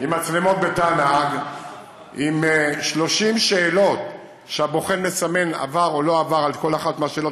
עם 30 שאלות שהבוחן מסמן "עבר" או "לא עבר" על כל אחת מהשאלות,